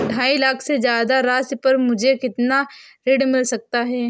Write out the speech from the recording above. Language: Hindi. ढाई लाख से ज्यादा राशि पर मुझे कितना ऋण मिल सकता है?